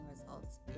results